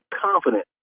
confident